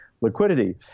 liquidity